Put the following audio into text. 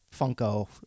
Funko